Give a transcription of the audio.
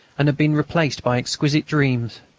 and had been replaced by exquisite dreams,